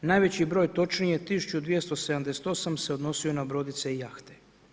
Najveći broj točnije 1278 se odnosio na brodice i jahte.